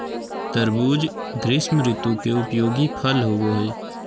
तरबूज़ ग्रीष्म ऋतु के उपयोगी फल होबो हइ